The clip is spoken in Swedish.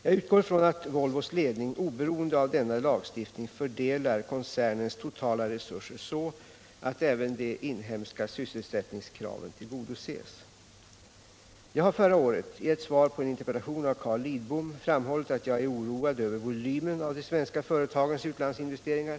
Jag utgår från att Volvos ledning oberoende av denna lagstiftning fördelar koncernens totala resurser så att även de inhemska sysselsättningskraven tillgodoses. Jag har förra året, i svar på en interpellation av Carl Lidbom, framhållit att jag är oroad över volymen av de svenska företagens utlandsinvesteringar.